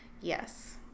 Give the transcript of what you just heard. Yes